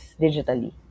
digitally